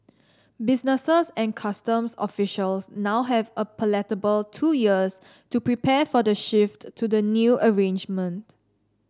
businesses and customs officials now have a palatable two years to prepare for the shift to the new arrangement